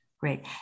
Great